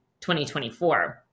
2024